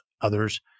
others